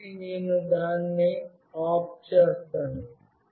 కాబట్టి నేను దాన్ని ఆఫ్ చేస్తాను